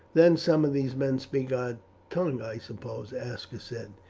then some of these men speak our tongue, i suppose? aska said.